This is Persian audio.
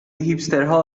هیپسترها